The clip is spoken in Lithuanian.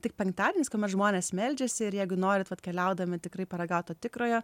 tik penktadieniais kuomet žmonės meldžiasi ir jeigu norit atkeliaudami tikrai paragaut to tikrojo